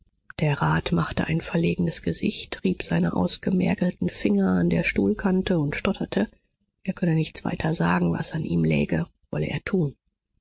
der rat machte ein verlegenes gesicht rieb seine ausgemergelten finger an der stuhlkante und stotterte er könne nichts weiter sagen was an ihm läge wolle er tun